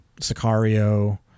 Sicario